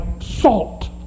salt